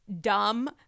Dumb